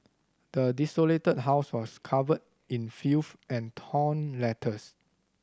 the desolated house was covered in filth and torn letters